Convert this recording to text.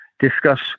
discuss